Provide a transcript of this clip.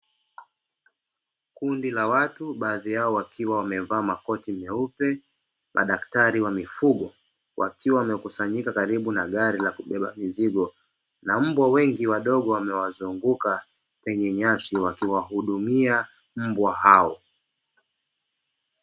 Kundi la watu, baadhi yao wakiwa wamevaa makoti meupe (madaktari wa mifugo), wakiwa wamekusanyika karibu na gari la kubebea mizigo. Na mbwa wengi wadogo wamewazunguka kwenye nyasi, wakihudumia mbwa hao.